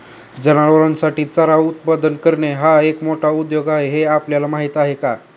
जनावरांसाठी चारा उत्पादन करणे हा एक मोठा उद्योग आहे हे आपल्याला माहीत आहे का?